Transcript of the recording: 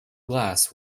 glass